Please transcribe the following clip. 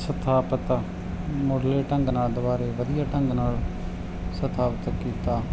ਸਥਾਪਤ ਮੁੱਢਲੇ ਢੰਗ ਨਾਲ ਦੁਬਾਰੇ ਵਧੀਆ ਢੰਗ ਨਾਲ ਸਥਾਪਤ ਕੀਤਾ